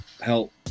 help